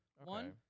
One